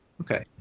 okay